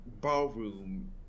Ballroom